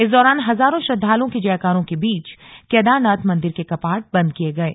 इस दौरान हजारों श्रद्दालुओं की जयकारों के बीच केदारनाथ मंदिर के कपाट बंद किये गये